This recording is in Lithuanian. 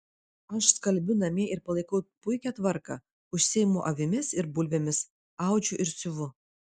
aš skalbiu namie ir palaikau puikią tvarką užsiimu avimis ir bulvėmis audžiu ir siuvu